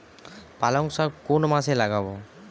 পালংশাক কোন মাসে লাগাব?